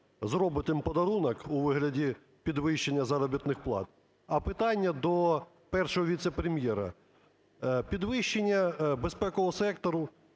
зробить їм подарунок у вигляді підвищення заробітних плат. А питання до Першого віце-прем'єра. Підвищення безпекового сектору,